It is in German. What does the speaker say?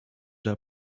der